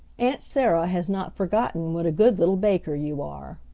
aunt sarah has not forgotten what a good little baker you are.